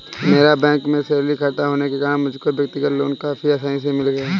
मेरा बैंक में सैलरी खाता होने के कारण मुझको व्यक्तिगत लोन काफी आसानी से मिल गया